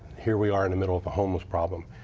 here we are in the middle of homeless problem.